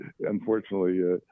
unfortunately